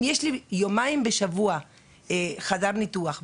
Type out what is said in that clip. אם יש לי יומיים בשבוע חדר ניתוח,